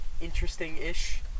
interesting-ish